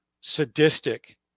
sadistic